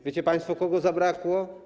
Wiecie państwo, kogo zabrakło?